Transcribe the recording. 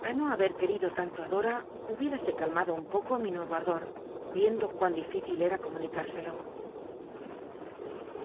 a no haber querido tanto adora hubiérase calmado un po o mi nuc o ardor ícndo cuán difícil era comunic irselo